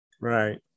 Right